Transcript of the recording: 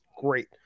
Great